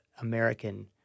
American